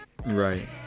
Right